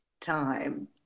time